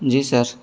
جی سر